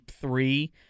three